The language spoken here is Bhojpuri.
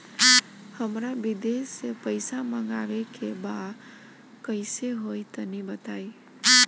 हमरा विदेश से पईसा मंगावे के बा कइसे होई तनि बताई?